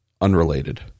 unrelated